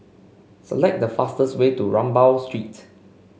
select the fastest way to Rambau Street